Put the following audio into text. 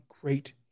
great